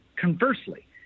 conversely